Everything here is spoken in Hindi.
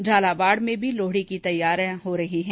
झालावाड़ में भी लोहड़ी की तैयारियों हो रही है